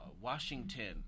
Washington